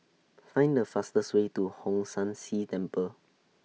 Find The fastest Way to Hong San See Temple